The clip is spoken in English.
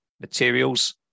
materials